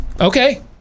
Okay